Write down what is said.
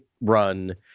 run